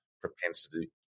propensity